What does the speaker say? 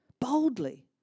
Boldly